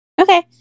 Okay